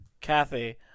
Kathy